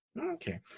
Okay